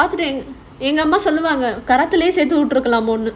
எங்க அம்மா சொல்லுவாங்க:enga amma solluvaanga karate சேர்த்து விட்ருக்கலாமோனு:serthu vitrukalaamonu